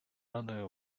радою